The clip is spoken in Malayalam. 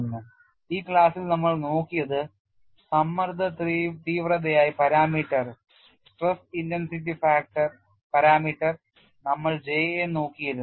അതിനാൽ ഈ ക്ലാസ്സിൽ നമ്മൾ നോക്കിയത് സമ്മർദ്ദ തീവ്രതയായി പാരാമീറ്റർ നമ്മൾ J യെ നോക്കിയിരുന്നു